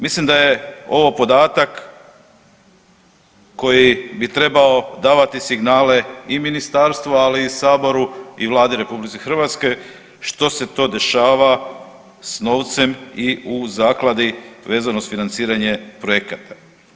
Mislim da je ovo podatak koji bi trebao davati signale i ministarstvu, ali i saboru i Vladi RH što se to dešava s novcem i u zakladi vezano uz financiranje projekata.